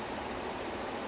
how many episodes is it